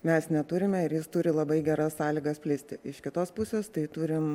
mes neturime ir jis turi labai geras sąlygas plisti iš kitos pusės tai turim